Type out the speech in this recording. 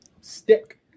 stick